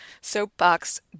Soapbox